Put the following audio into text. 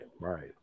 right